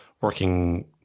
working